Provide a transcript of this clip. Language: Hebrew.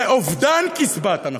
זה אובדן קצבת הנכות.